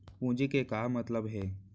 पूंजी के का मतलब हे?